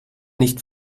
nicht